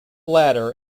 latter